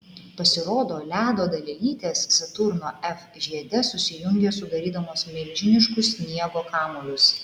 pasirodo ledo dalelytės saturno f žiede susijungia sudarydamos milžiniškus sniego kamuolius